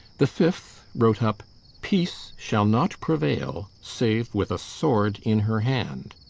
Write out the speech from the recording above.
the fifth wrote up peace shall not prevail save with a sword in her hand.